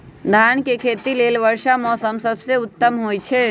धान के खेती लेल वर्षा मौसम सबसे उत्तम होई छै